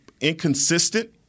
inconsistent